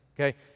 okay